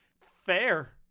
Fair